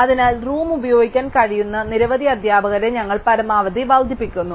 അതിനാൽ റൂം ഉപയോഗിക്കാൻ കഴിയുന്ന നിരവധി അധ്യാപകരെ ഞങ്ങൾ പരമാവധി വർദ്ധിപ്പിക്കുന്നു